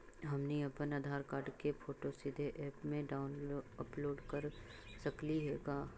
हमनी अप्पन आधार कार्ड के फोटो सीधे ऐप में अपलोड कर सकली हे का?